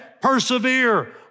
Persevere